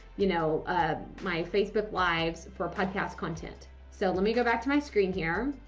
you know, ah my facebook lives for podcast content? so let me go back to my screen here.